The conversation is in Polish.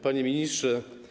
Panie Ministrze!